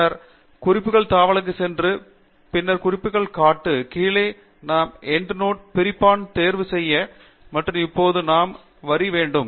பின்னர் குறிப்புகள் தாவலுக்கு சென்று பின் குறிப்புகள் காட்டு கீழே நாம் எண்ட் நோட் பிரிப்பான் தேர்வு செய்ய மற்றும் இப்போது நாம் வரி வேண்டும்